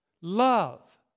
love